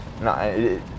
no